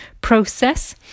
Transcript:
process